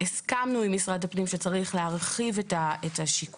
הסכמנו עם משרד הפנים שצריך להרחיב את השיקולים.